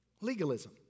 Legalism